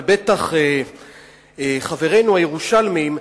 ובטח חברינו הירושלמים,